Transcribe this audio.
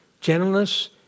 gentleness